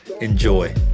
Enjoy